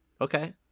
Okay